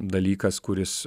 dalykas kuris